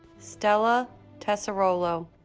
stella tessarollo